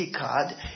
card